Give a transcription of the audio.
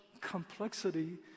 complexity